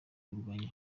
kurwanya